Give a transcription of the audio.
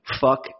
fuck